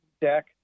deck